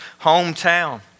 hometown